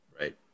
right